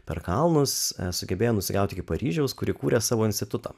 per kalnus sugebėjo nusigauti iki paryžiaus kur įkūrė savo institutą